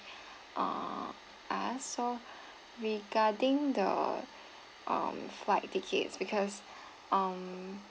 uh us so regarding the um flight tickets because um